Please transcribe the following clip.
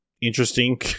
Interesting